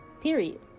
period